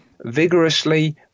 vigorously